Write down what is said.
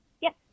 Yes